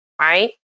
Right